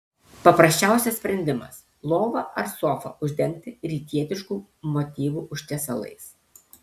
paprasčiausias sprendimas lovą ar sofą uždengti rytietiškų motyvų užtiesalais